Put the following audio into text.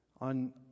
on